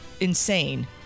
insane